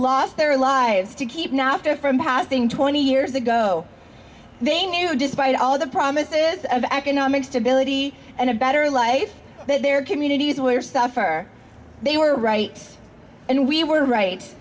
lost their lives to keep not there from passing twenty years ago they knew despite all the promises of economic stability and a better life that their communities where suffer they were right and we were right